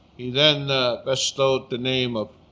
he then bestowed the name of